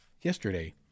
Yesterday